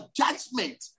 judgment